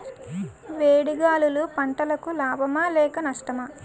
వేడి గాలులు పంటలకు లాభమా లేక నష్టమా?